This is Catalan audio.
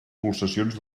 pulsacions